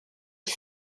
its